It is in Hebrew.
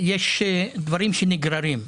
יש דברים שנגררים.